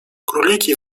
króliki